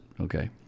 okay